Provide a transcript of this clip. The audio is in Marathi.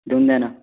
लिहून द्या ना